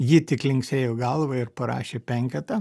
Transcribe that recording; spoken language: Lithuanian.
ji tik linksėjo galva ir parašė penketą